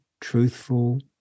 truthful